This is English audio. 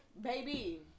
Baby